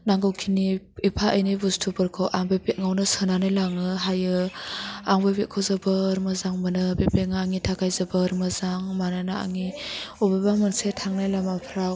नांगौ खिनि एफा एनै बुस्थुफोरखौ आं बे बेगावनो सोनानै लाङो हायो आं बे बेगखौ जोबोर मोजों मोनो बे बेगा आंनि थाखाय जोबोर मोजां मानोना आंनि अबेबा मोनसे थांनाय लामाफ्राव